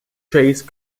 chase